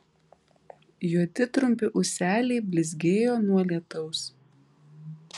juodi trumpi ūseliai blizgėjo nuo lietaus